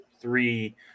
three